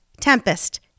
Tempest